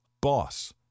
BOSS